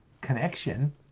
connection